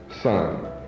son